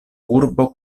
urbo